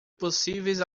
possíveis